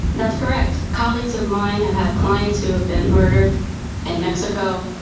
that's correct. colleagues of mine have had clients who have been murdered in mexico.